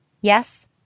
Yes